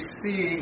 see